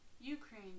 Ukraine